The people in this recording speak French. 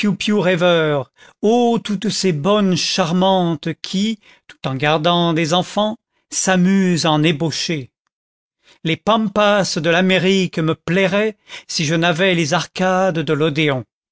ô toutes ces bonnes charmantes qui tout en gardant des enfants s'amusent à en ébaucher les pampas de l'amérique me plairaient si je n'avais les arcades de l'odéon